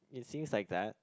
it seems like that